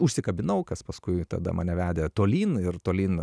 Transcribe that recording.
užsikabinau kas paskui tada mane vedė tolyn ir tolyn